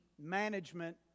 management